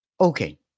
Okay